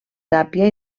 tàpia